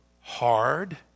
hard